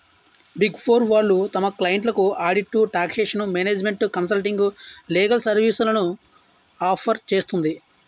big four వాళ్ళు తమ క్లయింట్లకు audit, taxation, management consulting, legal సర్వీస్లను ఆఫర్ చేస్తుంది